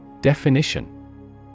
Definition